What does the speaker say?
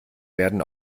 werden